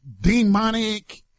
demonic